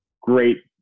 great